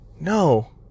no